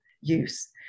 use